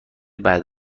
بعد